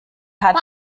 hat